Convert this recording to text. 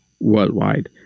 Worldwide